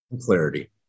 clarity